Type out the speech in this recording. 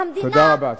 תודה רבה.